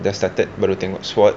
dah started baru tengok swat